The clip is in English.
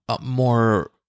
more